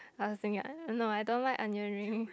other thing ah no I don't like onion ring